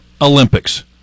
Olympics